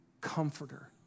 comforter